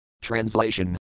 Translation